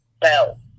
Bell